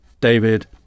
David